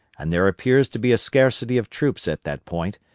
and there appears to be a scarcity of troops at that point,